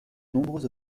nombreux